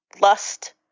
lust